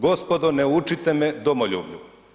Gospodo ne učite me domoljublju.